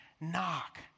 knock